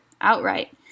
outright